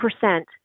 percent